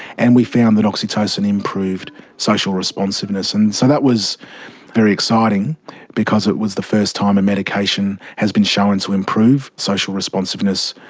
and we found that oxytocin improved social responsiveness. and so that was very exciting because it was the first time a medication has been shown to improve social responsiveness,